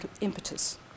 impetus